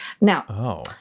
Now